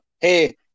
hey